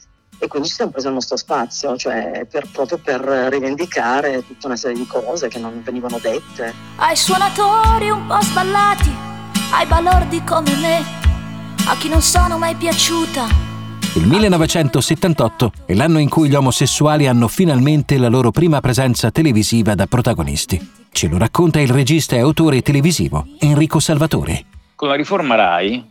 E quindi ci siamo presi il nostro spazio, cioè, per- proprio per rivendicare tutta una serie di cose che non venivano dette. Ai suonatori un po' sballati, ai balordi come me, a chi non sono mai piaciuta. Il 1978 è l'anno in cui gli omosessuali hanno finalmente la loro prima presenza televisiva da protagonisti. Ce lo racconta il regista e autore televisivo Enrico Salvatore. Con la riforma Rai-